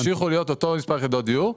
ימשיך להיות אותו מספר של יחידות דיור,